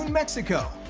mexico.